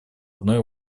одной